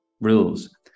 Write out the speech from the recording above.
rules